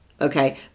okay